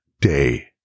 day